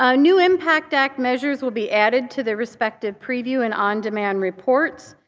ah new impact act measures will be added to the respective preview and on-demand reports.